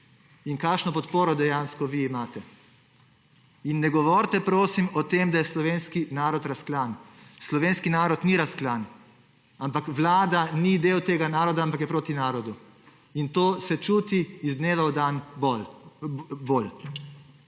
in kakšno podporo dejansko vi imate. In ne govorite, prosim, o tem, da je slovenski narod razklan. Slovenski narod ni razklan, pač pa Vlada ni del tega naroda in je proti narodu. In to se čuti iz dneva v dan bolj.